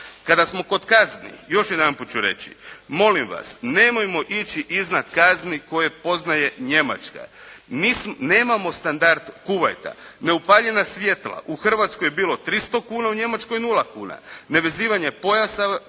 Kada smo kod kazni još jedanput ću reći. Molim vas, nemojmo ići iznad kazni koje poznaje Njemačka. Mi nemamo standard Kuvajta. Neupaljena svjetla u Hrvatskoj je bilo 300 kuna, u Njemačkoj nula kuna. Nevezivanje pojasa